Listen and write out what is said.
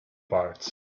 parts